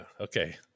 Okay